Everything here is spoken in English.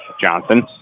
Johnson